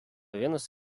vienas